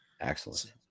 excellent